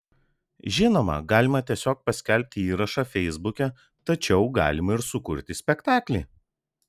žinoma galima tiesiog paskelbti įrašą feisbuke tačiau galima ir sukurti spektaklį